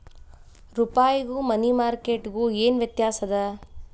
ರೂಪಾಯ್ಗು money market ಗು ಏನ್ ವ್ಯತ್ಯಾಸದ